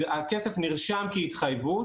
הכסף נרשם כהתחייבות,